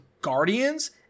guardians